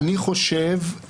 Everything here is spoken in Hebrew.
אני חושב,